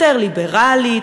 יותר ליברלית,